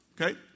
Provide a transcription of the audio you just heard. okay